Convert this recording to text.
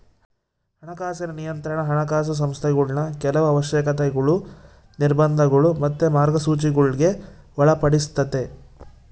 ಹಣಕಾಸಿನ ನಿಯಂತ್ರಣಾ ಹಣಕಾಸು ಸಂಸ್ಥೆಗುಳ್ನ ಕೆಲವು ಅವಶ್ಯಕತೆಗುಳು, ನಿರ್ಬಂಧಗುಳು ಮತ್ತೆ ಮಾರ್ಗಸೂಚಿಗುಳ್ಗೆ ಒಳಪಡಿಸ್ತತೆ